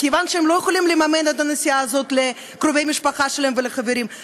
כיוון שהם לא יכולים לממן את הנסיעה הזאת לקרובי המשפחה שלהם ולחברים,